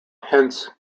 hence